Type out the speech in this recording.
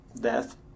death